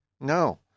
no